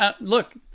look